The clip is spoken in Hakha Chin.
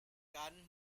kaan